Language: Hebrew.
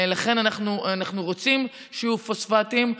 אנחנו רוצים שיהיו פוספטים,